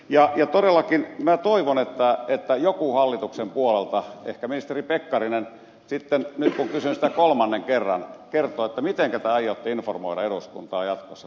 ja todellakin minä toivon että joku hallituksen puolelta ehkä ministeri pekkarinen sitten kun nyt kysyn sitä kolmannen kerran kertoo mitenkä te aiotte informoida eduskuntaa jatkossa tässä asiassa